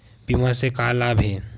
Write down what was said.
बीमा से का लाभ हे?